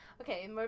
Okay